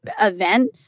event